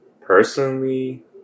Personally